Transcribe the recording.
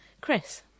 Chris